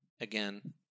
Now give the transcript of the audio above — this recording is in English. again